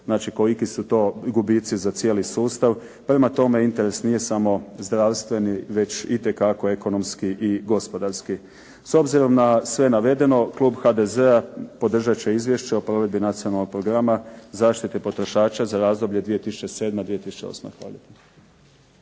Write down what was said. Znači koliko su to gubici za cijeli sustav. Prema tome, interes nije samo zdravstveni već itekako ekonomski i gospodarski. S obzirom na sve navedeno Klub HDZ-a podržat će izvješće o provedbi Nacionalnog programa zaštite potrošača za razdoblje 2007.-2008. Hvala